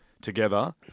together